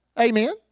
Amen